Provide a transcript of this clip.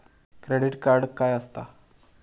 Credit card काय असता?